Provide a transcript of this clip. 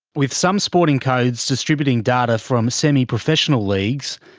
with some sporting codes distributing data from semi-professional leagues,